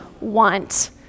want